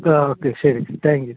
ആ ഓക്കെ ശരി താങ്ക്യു